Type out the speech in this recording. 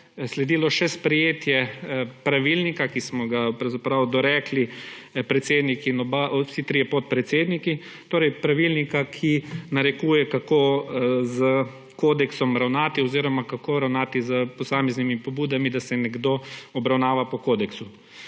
sledilo še sprejetje pravilnika, ki smo ga pravzaprav dorekli predsednik in oba, vsi trije podpredsedniki, torej pravilnika, ki narekuje, kako s kodeksom ravnati oziroma kako ravnati s posameznimi pobudami, da se nekdo obravnava po kodeksu.